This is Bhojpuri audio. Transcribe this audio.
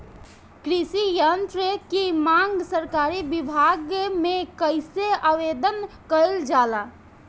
कृषि यत्र की मांग सरकरी विभाग में कइसे आवेदन कइल जाला?